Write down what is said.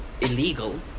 illegal